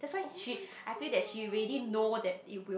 oh-my-god